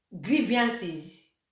grievances